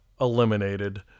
eliminated